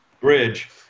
bridge